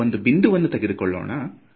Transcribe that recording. ಇಲ್ಲಿ ಒಂದು ಬಿಂದುವನ್ನು ತೆಗೆದುಕೊಳ್ಳೋಣ ಇದು 1 0